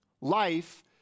Life